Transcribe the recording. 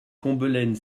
combelaine